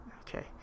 Okay